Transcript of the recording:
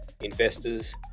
investors